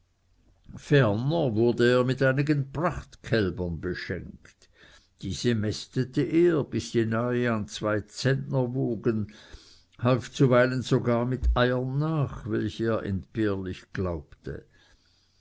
wurde er mit einigen prachtkälbern beschenkt diese mästete er bis sie nahe an zwei zentner wogen half zuweilen sogar mit eiern nach welche er entbehrlich glaubte